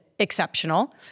Exceptional